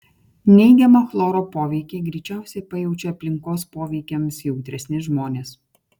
neigiamą chloro poveikį greičiausiai pajaučia aplinkos poveikiams jautresni žmonės